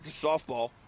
softball